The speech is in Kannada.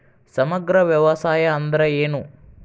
ಸಮಗ್ರ ವ್ಯವಸಾಯ ಅಂದ್ರ ಏನು?